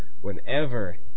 whenever